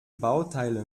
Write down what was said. bauteile